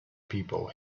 people